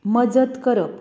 मजत करप